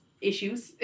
issues